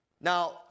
Now